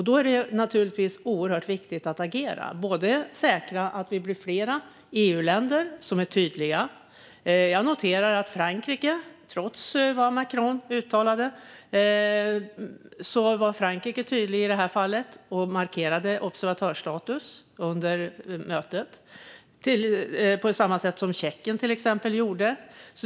Då är det naturligtvis oerhört viktigt att agera, bland annat att säkra att vi blir fler EU-länder som är tydliga. Jag noterar att Frankrike, trots det som Macron uttalat, var tydligt i detta fall och under mötet markerade att man efterfrågade observatörsstatus, på samma sätt som till exempel Tjeckien.